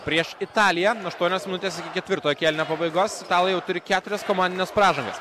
prieš italiją aštuonios minutės iki ketvirtojo kėlinio pabaigos italai jau turi keturias komandines pražangas